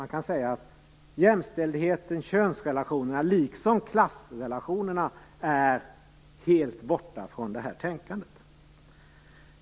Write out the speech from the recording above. Man kan säga att jämställdheten, könsrelationerna, liksom klassrelationerna, är helt borta från detta tänkande.